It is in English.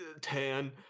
Tan